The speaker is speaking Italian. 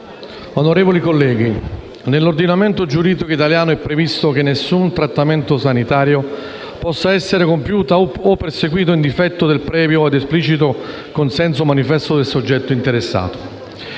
onorevoli colleghi, nell'ordinamento giuridico italiano è previsto che nessun trattamento sanitario possa essere compiuto o proseguito in difetto del previo ed esplicito consenso manifestato dal soggetto interessato.